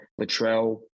Latrell